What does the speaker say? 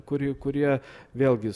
kuri kurie vėlgi